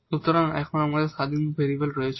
সুতরাং এখন আমাদের ইন্ডিপেন্ডেট ভেরিয়েবল আছে